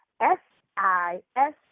S-I-S